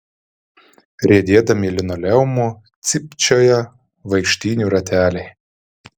riedėdami linoleumu cypčioja vaikštynių rateliai